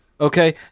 Okay